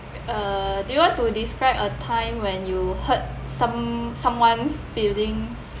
uh do you want to describe a time when you heard some someone's feelings